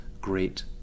great